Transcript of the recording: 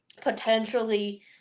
potentially